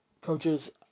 coaches